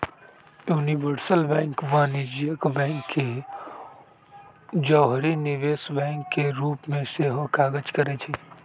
universal bank वाणिज्यिक bank के जौरही निवेश बैंक के रूप में सेहो काज करइ छै